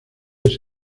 ese